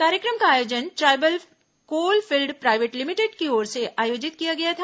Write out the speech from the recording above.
कार्यक्रम का आयोजन tribal coal field private limited की ओर से आयोजित किया गया था